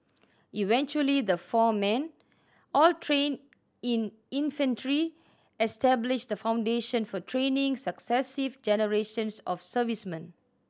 eventually the four men all trained in infantry established the foundation for training successive generations of servicemen